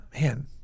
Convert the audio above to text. man